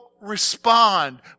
respond